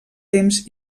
temps